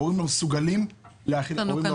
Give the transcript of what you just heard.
ההורים לא מסוגלים להתמודד, קשה להם.